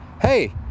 hey